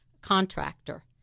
contractor